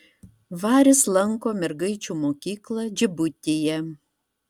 varis lanko mergaičių mokyklą džibutyje